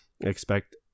expect